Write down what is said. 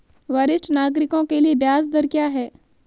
वरिष्ठ नागरिकों के लिए ब्याज दर क्या हैं?